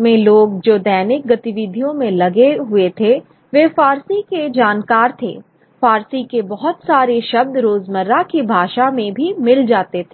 में लोग जो दैनिक गतिविधियों में लगे हुए थे वे फ़ारसी के जानकार थे फ़ारसी के बहुत सारे शब्द रोज़मर्रा की भाषा में भी मिल जाते थे